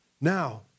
Now